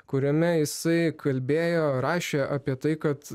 kuriame jisai kalbėjo rašė apie tai kad